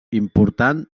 important